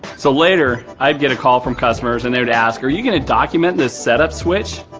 so later, i'd get a call from customers and they would ask, are you gonna document this setup switch?